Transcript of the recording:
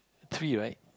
three right